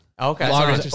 Okay